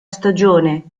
stagione